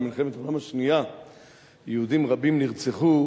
במלחמת העולם השנייה יהודים רבים נרצחו,